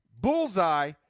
bullseye